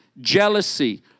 jealousy